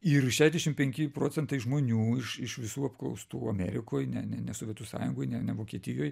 ir šešdešim penki procentai žmonių iš iš visų apklaustų amerikoj ne ne ne sovietų sąjungoj ne ne vokietijoj